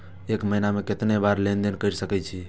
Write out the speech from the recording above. एक महीना में केतना बार लेन देन कर सके छी?